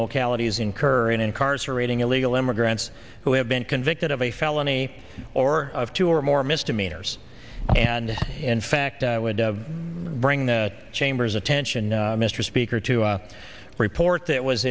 localities incur in incarcerating illegal immigrants who have been convicted of a felony or of two or more misdemeanors and in fact would bring the chambers attention mr speaker to a report that was